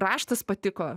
raštas patiko